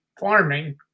farming